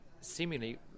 Seemingly